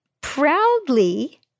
proudly